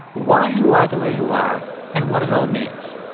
why you are the way you are and what it all means.